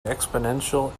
exponential